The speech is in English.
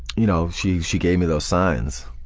you know she she gave me those signs,